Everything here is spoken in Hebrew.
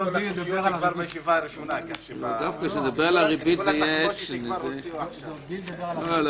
הישיבה ננעלה בשעה 16:00.